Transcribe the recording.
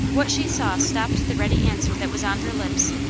what she saw stopped the ready answer that was on her lips.